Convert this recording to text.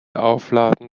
aufladen